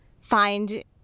find